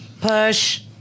Push